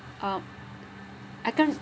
uh I can't